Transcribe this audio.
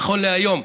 נכון להיום,